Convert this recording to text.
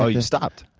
oh, you stopped?